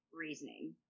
reasoning